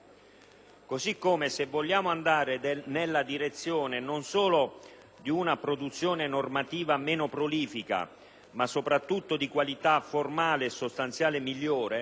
Così come, se vogliamo andare nella direzione non solo di una produzione normativa meno prolifica ma soprattutto di qualità formale e sostanziale migliore,